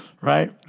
Right